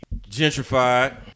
gentrified